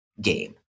game